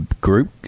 group